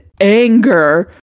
anger